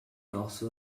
also